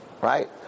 Right